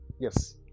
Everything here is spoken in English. Yes